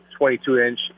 22-inch